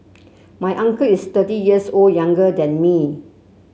my uncle is thirty years old younger than me